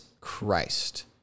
Christ